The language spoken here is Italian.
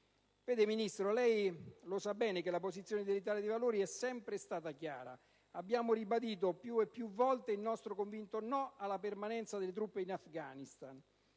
Ministro, lei lo sa bene che la posizione dell'Italia dei Valori è sempre stata chiara: abbiamo ribadito più e più volte il nostro convinto no alla permanenza delle truppe in Afghanistan.